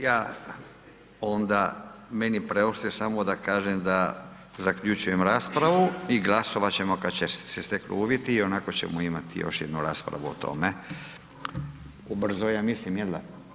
Ja onda, meni preostaje samo da kažem da zaključujem raspravu i glasovat ćemo kad se steknu uvjeti, ionako ćemo imati još jednu raspravu o tome ubrzo, ja mislim, jel da?